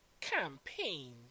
campaign